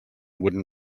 wooden